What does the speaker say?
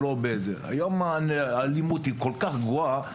היום האלימות כל כך גבוהה,